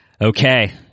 Okay